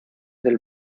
del